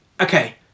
Okay